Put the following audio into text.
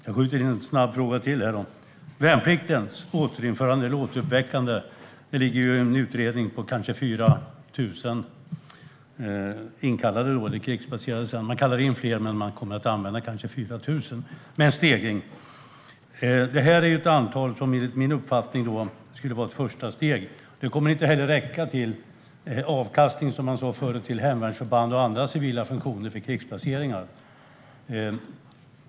Fru talman! Jag skjuter in en snabb fråga till. Värnpliktens återinförande ger enligt en utredning kanske 4 000 inkallade eller krigsplacerade. Man kallar in fler, men man kommer att använda kanske 4 000 - med en stegring. Det är en siffra som enligt min uppfattning skulle vara ett första steg, och det kommer inte heller att räcka till - som man sa förr - avkastning till hemvärnsförband och andra civila funktioner för krigsplaceringar.